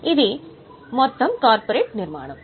ఇది మొత్తం నిర్మాణం